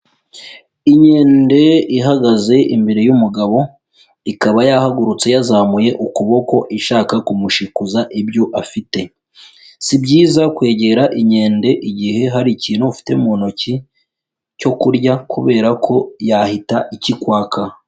Inkende ihagaze imbere y'umugabo, ikaba yahagurutse yazamuye ukuboko ishaka kumushikuza ibyo afite. Si byiza kwegera inkende igihe hari ikintu ufite mu ntoki cyo kurya kubera ko yahita ikikwaka.